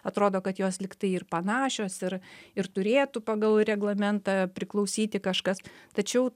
atrodo kad jos lyg tai ir panašios ir ir turėtų pagal reglamentą priklausyti kažkas tačiau